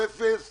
ו-1 ו-2